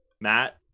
Matt